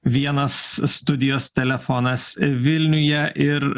vienas studijos telefonas vilniuje ir